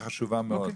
שאלה חשובה מאוד.